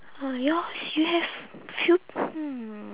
ah yours you have few hmm